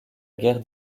guerre